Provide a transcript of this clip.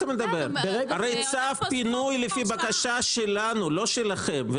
הרי צו הפינוי הוא לפי בקשה שלנו, לא שלכם.